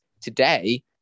today